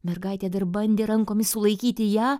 mergaitė dar bandė rankomis sulaikyti ją